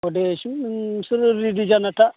अह दे बेसिम नोंसोरो रेडि जानानै था